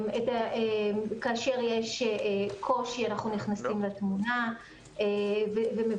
כאשר יש קושי אנחנו נכנסים לתמונה ומבקשים.